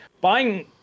buying